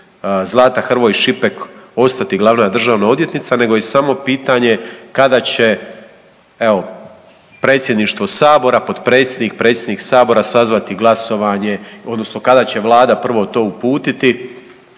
Zlata Hrvoj Šipek ostati Glavna državna odvjetnica, nego je samo pitanje kada će evo, Predsjedništvo Sabora, Potpredsjednik, Predsjednik Sabora sazvati glasovanje, odnosno kada će Vlada prvo to uputiti